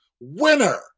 Winner